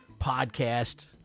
podcast